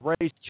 race